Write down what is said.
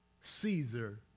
Caesar